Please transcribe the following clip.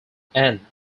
often